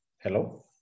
Hello